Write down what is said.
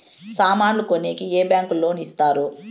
సామాన్లు కొనేకి ఏ బ్యాంకులు లోను ఇస్తారు?